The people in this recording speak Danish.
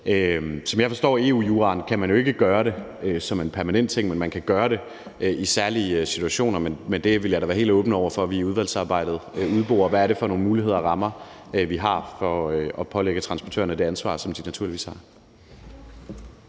Som jeg forstår EU-juraen, kan man jo ikke gøre det som en permanent ting, men man kan gøre det i særlige situationer. Jeg vil da være helt åben over for, at vi i udvalgsarbejdet udborer, hvad det er for nogle muligheder og rammer, vi har for at pålægge transportørerne det ansvar, som de naturligvis har.